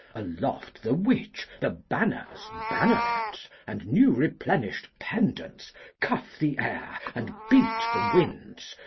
aloft the which the banners, bannarets, and new replenished pendants cuff the air and beat the winds,